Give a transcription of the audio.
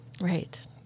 Right